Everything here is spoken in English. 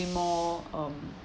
be more um